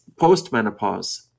postmenopause